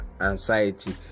anxiety